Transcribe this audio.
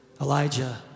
Elijah